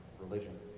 religion